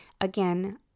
Again